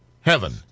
heaven